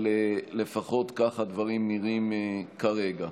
אבל כך הדברים נראים כרגע.